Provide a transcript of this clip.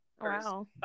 Wow